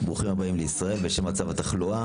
האמון של הציבור מאוד